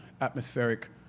atmospheric